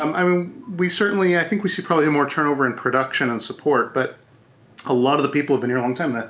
um we certainly, i think we see probably and more turnover in production and support but a lot of the people have been here a long time. ah